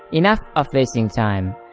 enough of wasting time,